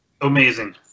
amazing